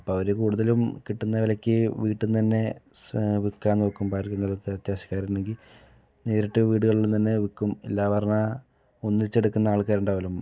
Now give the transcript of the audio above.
അപ്പോൾ അവര് കൂടുതലും കിട്ടുന്ന വിലയ്ക്ക് വീട്ടിൽ നിന്ന് തന്നെ സ വിൽക്കാൻ നോക്കും ആർക്കെങ്കിലൊക്കെ അത്യാവിശ്യക്കാര് ഉണ്ടെങ്കിൽ നേരിട്ട് വീടുകളിൽ തന്നെ വിൽക്കും ഇല്ലാ പറഞ്ഞാൽ അവരുടെ ഒന്നിച്ചെടുക്കുന്ന ആൾക്കാരുണ്ടാകുമല്ലോ